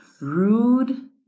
Rude